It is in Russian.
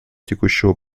текущего